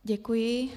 Děkuji.